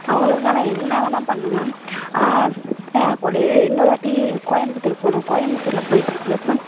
அவங்களுக்காக நான் என்ன வேணால் பண்ணுவேன் இன்னொரு வாட்டி கோயம்புத்தூர் போனோம் கோயம்புத்தூரில் போயிகிட்டு இருக்கிறப்ப